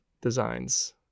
designs